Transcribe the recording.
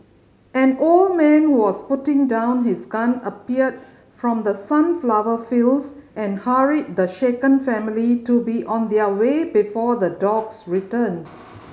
an old man who was putting down his gun appeared from the sunflower fields and hurried the shaken family to be on their way before the dogs return